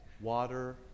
water